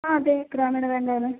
ആ അതേ ഗ്രാമീണ ബാങ്കാണ്